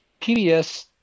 PBS